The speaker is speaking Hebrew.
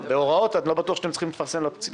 הוראות אני לא בטוח שאתם צריכים לפרסם לציבור.